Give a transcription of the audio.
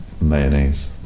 Mayonnaise